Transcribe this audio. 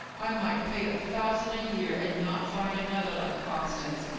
i might pay a thousand a year and not find another like constance.